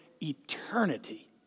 eternity